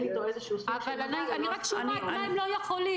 איתו איזשהו סוג של --- אני רק שומעת מה הם לא יכולים.